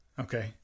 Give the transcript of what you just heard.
Okay